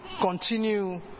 continue